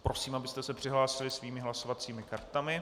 Prosím, abyste se přihlásili svými hlasovacími kartami.